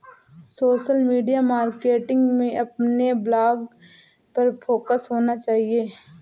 social media marketing में अपने blog पर फोकस होना चाहिए